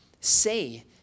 say